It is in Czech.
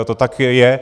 To tak je.